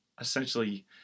essentially